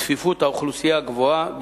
המתאפיינת בצפיפות אוכלוסייה גבוהה,